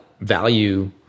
value